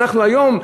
ואנחנו היום,